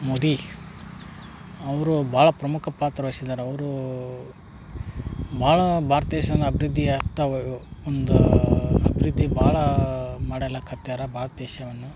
ಮೋದಿ ಅವರು ಭಾಳ ಪ್ರಮುಖ ಪಾತ್ರ ವಯ್ಸಿದಾರೆ ಅವ್ರು ಭಾಳ ಭಾರ್ತ ದೇಶವನ್ನು ಅಭಿವೃದ್ಧಿಯತ್ತ ಒಂದು ಅಭಿವೃದ್ಧಿ ಭಾಳ ಮಾಡಲಕತ್ತ್ಯಾರ ಭಾರ್ತ ದೇಶವನ್ನು